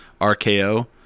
RKO